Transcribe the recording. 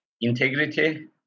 integrity